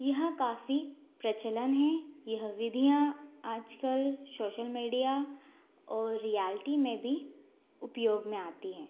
यह काफ़ी प्रचलित है यह विधियाँ आज कल शोशल मीडिया और रियाल्टी में भी उपयोग में आती हैं